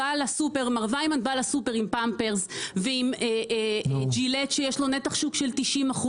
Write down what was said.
מר ויימן בא לסופר עם פמפרס ועם ג'ילט שיש לו נתח שוק של 90%,